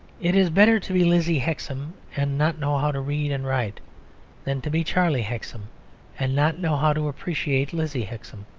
it is better to be lizzie hexam and not know how to read and write than to be charlie hexam and not know how to appreciate lizzie hexam.